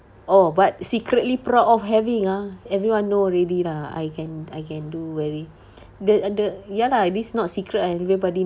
oh but secretly proud of having ah everyone know already lah I can I can do very the uh the ya lah at least not secret and everybody